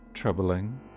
troubling